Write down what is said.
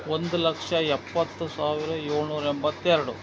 ಒಂದು ಲಕ್ಷ ಎಪ್ಪತ್ತು ಸಾವಿರ ಏಳ್ನೂರ ಎಂಬತ್ತೆರಡು